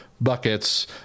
buckets